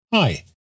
Hi